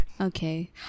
okay